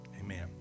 amen